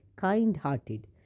kind-hearted